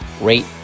rate